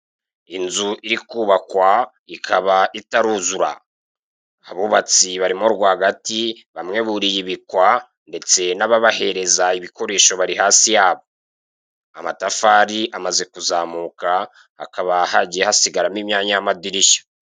Inzu iri kubakwa ikaba itaruzura, abubatsi barimo rwa gati, bamwe buriye ibikwa, ndetse n'ababahereza ibikoresho bari hasi yabo, amatafari amaze kuzamuka hakaba hagiye hasigaramo imyanya y'amadirishya.